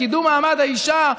לקידום מעמד האישה,